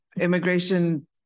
Immigration